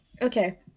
okay